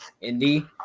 Indy